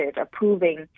approving